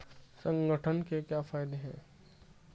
संगठन के क्या फायदें हैं?